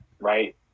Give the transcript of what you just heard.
right